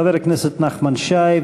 חבר הכנסת נחמן שי,